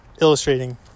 illustrating